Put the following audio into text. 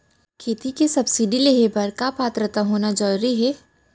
खेती के सब्सिडी लेहे बर का पात्रता होना जरूरी हे?